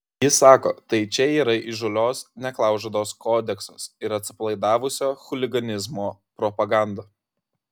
jis sako tai čia yra įžūlios neklaužados kodeksas ir atsipalaidavusio chuliganizmo propaganda